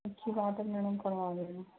अच्छी बात है मैडम करवा देना